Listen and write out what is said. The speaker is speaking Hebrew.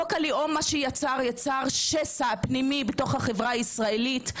חוק הלאום יצר שסע פנימי בתוך החברה הישראלית.